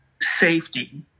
safety